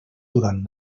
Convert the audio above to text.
durant